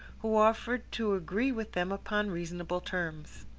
who offered to agree with them upon reasonable terms.